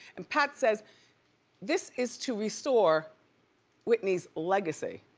and pat says this is to restore whitney's legacy.